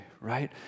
right